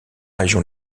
région